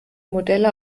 modelle